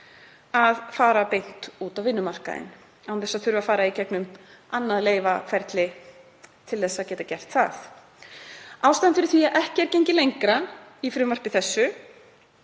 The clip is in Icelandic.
að fara beint út á vinnumarkaðinn án þess að þurfa að fara í gegnum annað leyfaferli til að geta gert það. Ástæðan fyrir því að ekki er gengið lengra í frumvarpinu